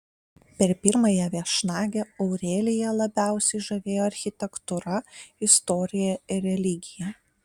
per pirmąją viešnagę aureliją labiausiai žavėjo architektūra istorija ir religija